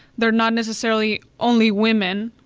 they're not necessarily only women,